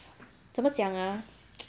怎么讲 ah